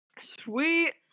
Sweet